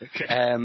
Okay